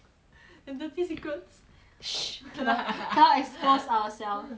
and dirty secrets can~ cannot expose ourselves